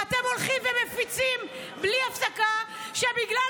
ואתם הולכים ומפיצים בלי הפסקה שבגלל